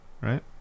right